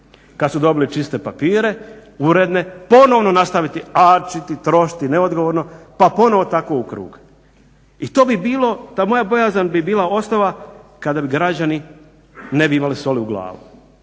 kad su dobili čiste papire, uredne ponovno nastaviti arčiti, trošiti neodgovorno pa ponovo tako u krug. I to bi bilo, ta moja bojazan bi bila ostala kada bi građani ne bi imali soli u glavi.